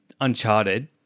uncharted